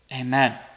Amen